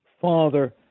father